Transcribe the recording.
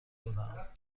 بدهم